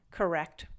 correct